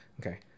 Okay